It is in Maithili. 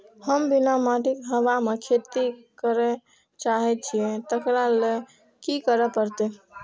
हम बिना माटिक हवा मे खेती करय चाहै छियै, तकरा लए की करय पड़तै?